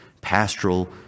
pastoral